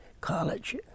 college